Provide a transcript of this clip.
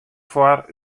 foar